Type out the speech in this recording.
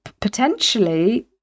potentially